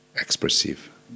expressive